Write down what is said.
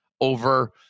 over